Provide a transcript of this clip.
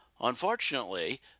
unfortunately